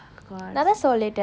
god